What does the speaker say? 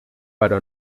però